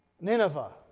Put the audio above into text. Nineveh